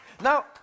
Now